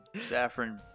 Saffron